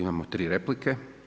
Imamo tri replike.